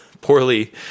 poorly